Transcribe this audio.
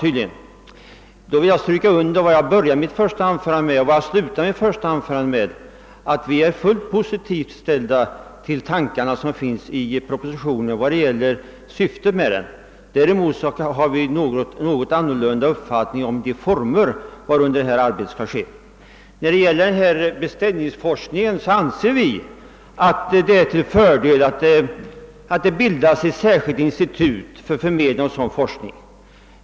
Jag vill därför understryka vad jag började och slutade mitt första anförande med, nämligen att vi är helt positivt inställda till tankegångarna i proposi tionen när det gäller syftet med den; däremot har vi en något annorlunda uppfattning om de former varunder detta arbete skall ske. När det gäller beställningsforskningen anser vi att det är till fördel att det bildas ett särskilt institut för förmedling av sådan forskning.